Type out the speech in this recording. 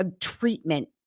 treatment